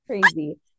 crazy